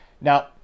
Now